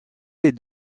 est